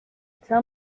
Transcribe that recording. tell